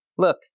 Look